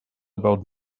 about